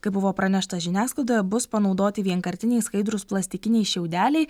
kaip buvo pranešta žiniasklaidoje bus panaudoti vienkartiniai skaidrūs plastikiniai šiaudeliai